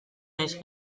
naiz